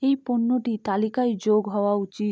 এই পণ্যটি তালিকায় যোগ হওয়া উচিত